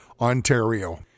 Ontario